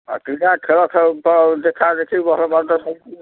ଆଉ ପିଲା ଖେଳା ଖେଳି ଦେଖାଦେଖି ଭଲ ମନ୍ଦ ସବୁ